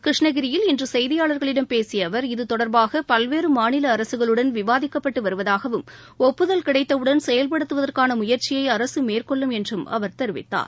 கிருஷ்ணகிரியில் இன்று செய்தியாளர்களிடம் பேசிய அவர் இது தொடர்பாக பல்வேறு மாநில அரசுகளுடன் விவாதிக்கப்பட்டு வருவதாகவும் ஒப்புதல் கிடைத்தவுடன் செயல்படுத்துவதற்கான முயற்சியை அரசு மேற்கொள்ளும் என்றும் அவர் தெரிவித்தார்